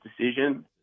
decision